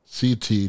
CT